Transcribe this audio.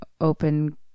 Open